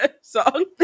song